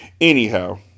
Anyhow